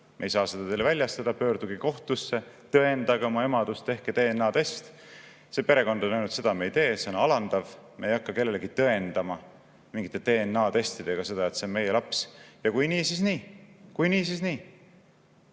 öeldi, et seda ei saa väljastada, pöördugu kohtusse, tõendagu oma emadust, tehku DNA-test. See perekond on öelnud, et seda nad ei tee, see on alandav, nad ei hakka kellelegi tõendama mingite DNA-testidega seda, et see on nende laps, ja kui nii, siis nii. Kui nii, siis nii.